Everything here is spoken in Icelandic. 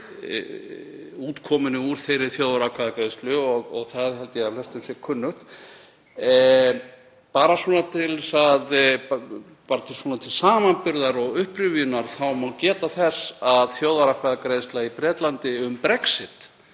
útkomunni úr þeirri þjóðaratkvæðagreiðslu og það held ég að flestum sé kunnugt. En svona til samanburðar og upprifjunar má geta þess að þjóðaratkvæðagreiðsla í Bretlandi um Brexit